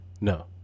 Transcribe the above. No